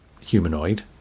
humanoid